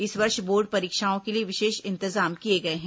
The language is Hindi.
इस वर्ष बोर्ड परीक्षाओं के लिए विशेष इंतजाम किए गये हैं